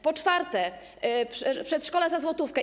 Po czwarte, przedszkola za złotówkę.